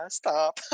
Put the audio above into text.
stop